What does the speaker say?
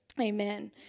Amen